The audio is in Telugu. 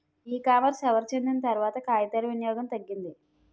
ఈ కామర్స్ ఎవరు చెందిన తర్వాత కాగితాల వినియోగం తగ్గింది